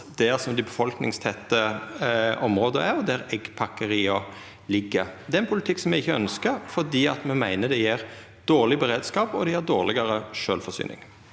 der dei befolkningstette områda er, og der eggpakkeria ligg. Det er ein politikk me ikkje ønskjer, for me meiner han gjev dårleg beredskap og dårlegare sjølvforsyning.